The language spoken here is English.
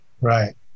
Right